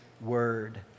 word